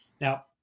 Now